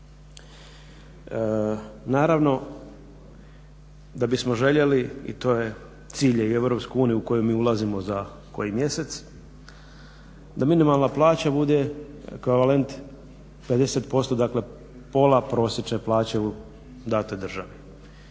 Naravno da bismo željeli i to je cilj i EU u koju mi ulazimo za koji mjesec, da minimalna plaća bude ekvivalent 50% dakle pola prosječne plaće u datoj državi.